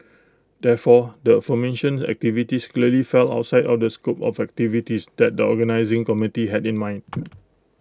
therefore the aforementioned activities clearly fell outside of the scope of activities that the organising committee had in mind